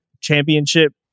championship